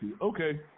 Okay